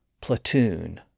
platoon